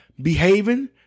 behaving